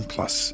Plus